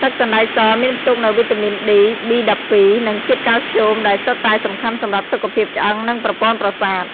ទឹកសណ្តែកសមានផ្ទុកនូវវីតាមីន D, B12 និងជាតិកាល់ស្យូម ដែលសុទ្ធតែសំខាន់សម្រាប់សុខភាពឆ្អឹង និងប្រព័ន្ធប្រសាទ។